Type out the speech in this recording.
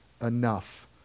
enough